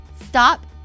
Stop